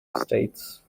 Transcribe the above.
estates